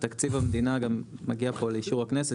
תקציב המדינה מגיע פה לאישור הכנסת,